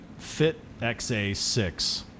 FitXA6